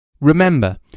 Remember